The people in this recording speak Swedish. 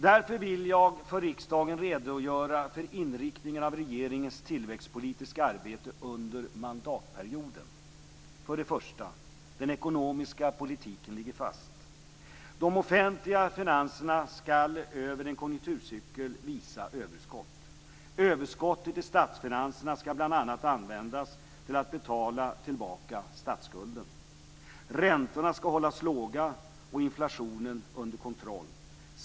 Därför vill jag för riksdagen redogöra för inriktningen av regeringens tillväxtpolitiska arbete under mandatperioden. 1. Den ekonomiska politiken ligger fast. De offentliga finanserna skall över en konjunkturcykel visa överskott. Överskottet i statsfinanserna skall bl.a. användas till att betala tillbaka statsskulden. Räntorna skall hållas låga och inflationen under kontroll.